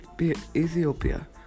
Ethiopia